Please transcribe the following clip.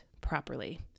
properly